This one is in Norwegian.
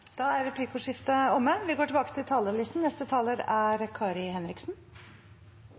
Da er replikkordskiftet omme. Ønsker representanten Kari Henriksen